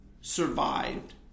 survived